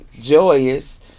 joyous